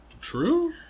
True